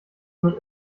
mit